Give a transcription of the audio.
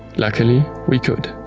luckily, we could.